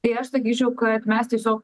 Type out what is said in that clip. tai aš sakyčiau kad mes tiesio